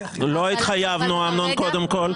לא התחייבנו, אמנון, קודם כל.